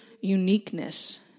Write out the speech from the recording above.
uniqueness